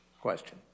question